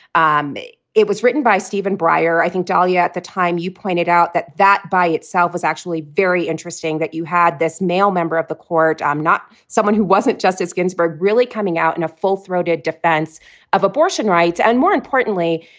um it was written by stephen breyer. i think, dahlia, at the time you pointed out that that by itself was actually very interesting, that you had this male member of the court i'm not someone who wasn't justice ginsburg really coming out in a full throated defense of abortion rights and more importantly,